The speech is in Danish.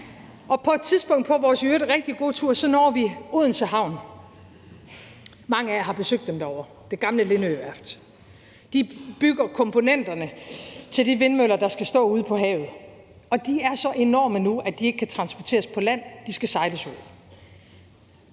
På et tidspunkt på vores i øvrigt rigtig gode tur når vi Odense Havn. Mange af jer har sikkert besøgt dem derovre. På det gamle Lindøværft bygger de komponenterne til de vindmøller, der skal stå ude på havet, og de er så enorme nu, at de ikke kan transporteres på land; de skal sejles ud.